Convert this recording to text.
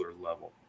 level